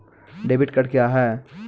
Debit card क्या हैं?